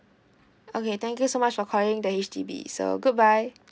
okay thank you so much for calling the H_D_B so goodbye